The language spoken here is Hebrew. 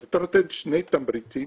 אז אתה נותן שני תמריצים,